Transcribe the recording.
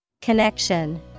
Connection